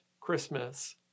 Christmas